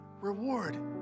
reward